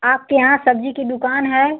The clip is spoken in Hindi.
आपके यहाँ सब्जी की दुकान है